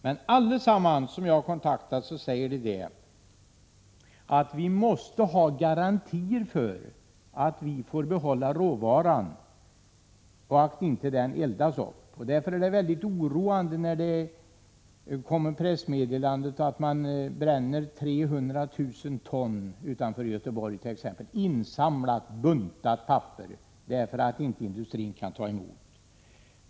Men alla som jag har kontaktat säger att vi måste ha garantier för att vi får behålla råvaran, att den inte eldas upp. Det är då mycket oroande när det kommer ett pressmeddelande om att man t.ex. utanför Göteborg bränner 300 000 ton insamlat, buntat papper därför att industrin inte kan ta emot det.